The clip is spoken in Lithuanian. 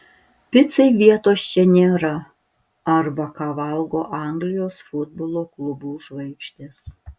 picai vietos čia nėra arba ką valgo anglijos futbolo klubų žvaigždės